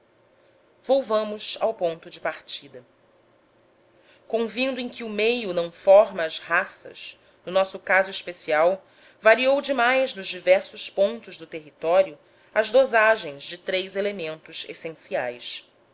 raças volvamos ao ponto de partida convindo em que o meio não forma as raças no nosso caso especial variou demais nos diversos pontos do território as dosagens de três elementos essenciais